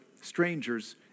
strangers